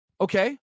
Okay